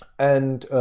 and